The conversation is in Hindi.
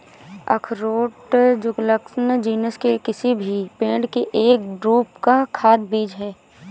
अखरोट जुगलन्स जीनस के किसी भी पेड़ के एक ड्रूप का खाद्य बीज है